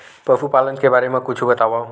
पशुपालन के बारे मा कुछु बतावव?